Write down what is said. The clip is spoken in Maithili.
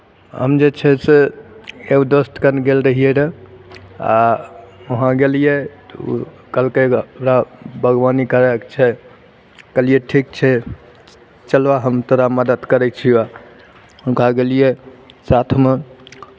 हम जे छै से एगो दोस्त खन गेल रहियै रहए आ वहाँ गेलियै तऽ ओ कहलकै हमरा बागवानी करयके छै कहलियै ठीक छै चलह हम तोरा मदति करै छिअह हुनका गेलियै साथमे